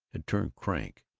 had turned crank,